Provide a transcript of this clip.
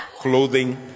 clothing